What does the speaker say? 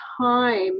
time